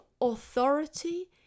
authority